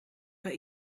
bij